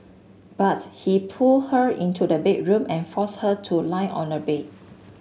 but he pulled her into the bedroom and forced her to lie on a bed